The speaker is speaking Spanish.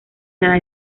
dada